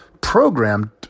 programmed